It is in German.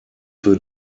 für